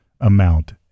amount